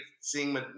seeing